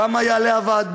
כמה יעלה ועד הבית.